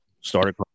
started